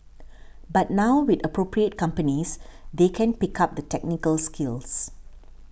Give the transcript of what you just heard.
but now with appropriate companies they can pick up the technical skills